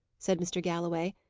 said mr. galloway.